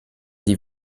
die